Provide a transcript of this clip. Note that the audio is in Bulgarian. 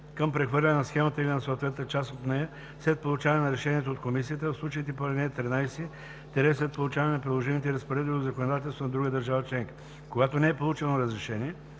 към прехвърляне на схемата или на съответната част от нея след получаване на решението от комисията, а в случаите по ал. 13 – след получаване на приложимите разпоредби от законодателството на другата държава членка. Когато не е получено решение,